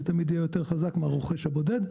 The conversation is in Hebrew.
שתמיד יהיה יותר חזק מהרוכש הבודד.